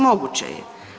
Moguće je.